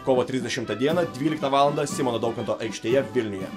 kovo trisdešimtą dieną dvyliktą valandą simono daukanto aikštėje vilniuje